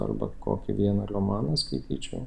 arba kokį vieną romaną skaityčiau